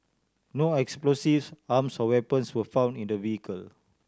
no explosives arms or weapons were found in the vehicle